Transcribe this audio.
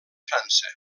frança